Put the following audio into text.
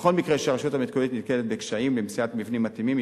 בכל מקרה שהרשות המקומית נתקלת בקשיים למציאת מבנים מתאימים היא